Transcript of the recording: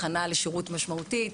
הכנה לשירות משמעותי,